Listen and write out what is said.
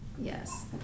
yes